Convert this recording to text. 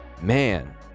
Man